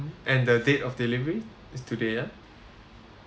and the date of delivery is today ah